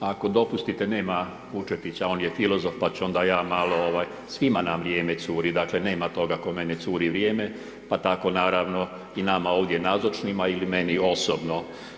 Ako dopustite, nema Vučetića, on je filozof pa ću onda ja malo ovaj, svima na vrijeme curi, dakle nema toga kome ne curi vrijeme, pa tako naravno i nama ovdje nazočnima ili meni osobno.